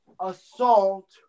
assault